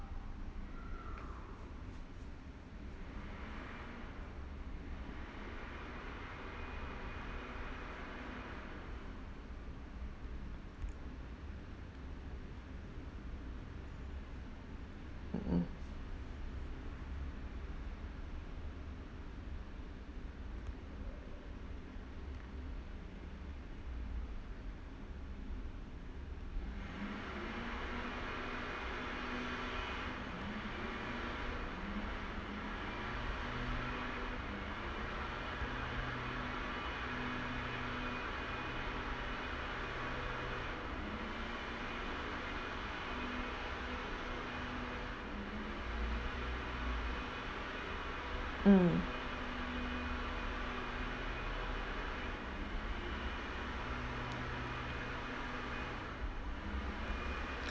mm mm